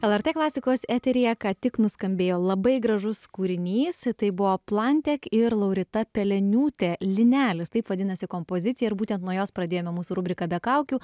el er tė klasikos eteryje ką tik nuskambėjo labai gražus kūrinys tai buvo plantek ir laurita peleniūtė linelis taip vadinasi kompozicija ir būtent nuo jos pradėjome mūsų rubriką be kaukių